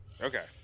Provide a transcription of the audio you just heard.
Okay